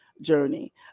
journey